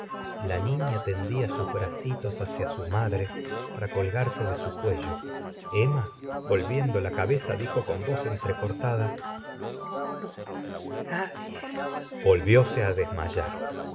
la niña tendía sus bracitos hacia su madre para colgarse de su cuello emma vol viendo la cabeza dijo con voz entrecortada no no nadie volvióse á desmayar la